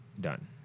done